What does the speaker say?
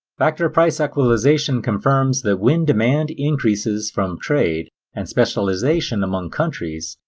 factor-price equalization confirms that when demand increases from trade and specialization among countries,